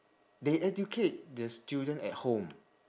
they educate their student at home